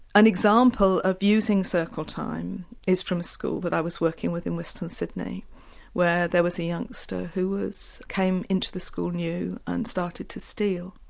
an example of using circle time is from a school that i was working with in western sydney where there was a youngster who came into the school new and started to steal.